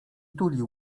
tulił